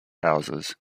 houses